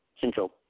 Central